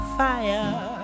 fire